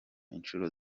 inshuro